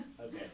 okay